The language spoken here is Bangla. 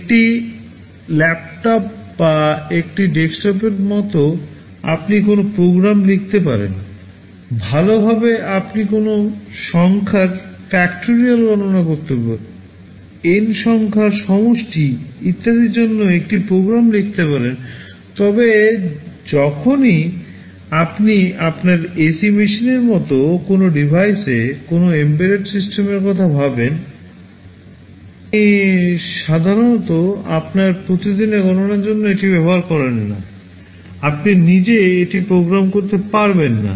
একটি ল্যাপটপ বা একটি ডেস্কটপের মতো আপনি কোনও প্রোগ্রাম লিখতে পারেন ভালভাবে আপনি কোনও সংখ্যার ফ্যাক্টরিয়াল গণনা করতে এন সংখ্যার সমষ্টি ইত্যাদির জন্য একটি প্রোগ্রাম লিখতে পারেন তবে যখনই আপনি আপনার এসি মেশিনের মতো কোনও ডিভাইসে কোনও এমবেডেড সিস্টেমের কথা ভাবেন আপনি সাধারণত আপনার প্রতিদিনের গণনার জন্য এটি ব্যবহার করেন না আপনি নিজে এটি প্রোগ্রাম করতে পারবেন না